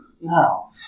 No